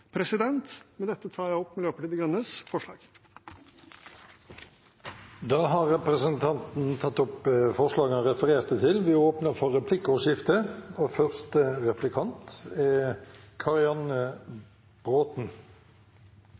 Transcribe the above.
Med dette tar jeg opp Miljøpartiet De Grønnes forslag. Representanten Arne Olav Haabeth har tatt opp de forslagene han refererte til. Det blir replikkordskifte. Dersom vi skal nå klimamålene Stortinget har vedtatt, er